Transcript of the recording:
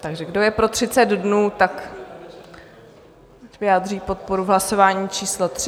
Takže kdo je pro 30 dnů, nechť vyjádří podporu v hlasování číslo 3.